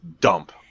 dump